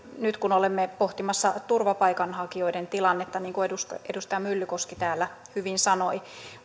nyt kun olemme pohtimassa turvapaikanhakijoiden tilannetta niin kuin edustaja edustaja myllykoski täällä hyvin sanoi